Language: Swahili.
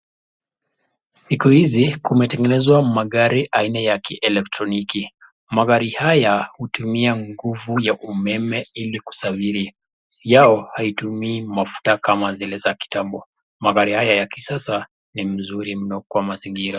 Siku izi kumetengenezwa magari aina ya kielektroniki. Magari haya hutumia nguvu ya umeme ili kusafiri. yao haitumii mafuta kama zile za kitambo. Magari hayo ya kisasa ni mzuri mno kwa mazingira.